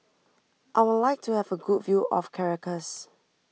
I would like to have a good view of Caracas